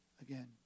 again